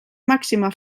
màxima